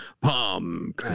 Palm